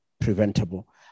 preventable